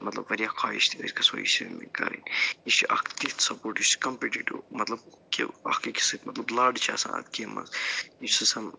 مطلب واریاہ خوایِش تہِ أسۍ گژھَو یہِ شٲمِل کَرٕنۍ یہِ چھِ اَکھ تِژ سٔہ بوٚڈ یہِ چھِ کَمپِٹیٹیوٗ مطلب کہ اَکھ أکِس سۭتۍ مطلب لَڈ چھِ آسان گیمہِ منٛز یہِ چھِ آسان